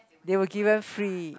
they were given free